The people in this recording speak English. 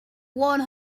one